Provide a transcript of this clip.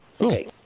Okay